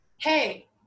Hey